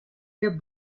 der